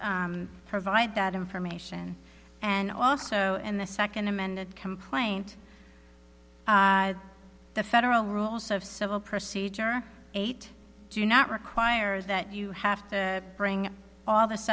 provide that information and also in the second amended complaint the federal rules of civil procedure eight do not requires that you have to bring all th